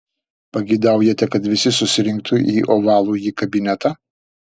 pageidaujate kad visi susirinktų į ovalųjį kabinetą